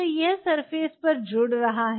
तो यह सरफेस पर जुड़ रहा है